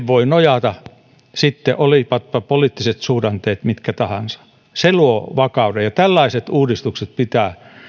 voi nojata olivatpa poliittiset suhdanteet sitten mitkä tahansa se luo vakauden ja tällaiset uudistukset pitää